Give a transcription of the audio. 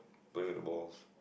playing with the balls